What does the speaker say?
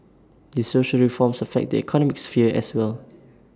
these social reforms affect the economic sphere as well